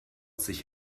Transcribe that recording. sich